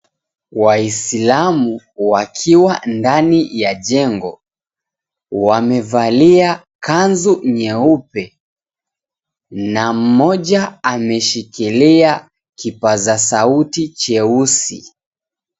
Waislamu wakiwa ndani ya jengo, wamevalia kanzu nyeupe na mmoja ameshikilia kipaza sauti cheusi.